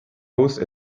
hausse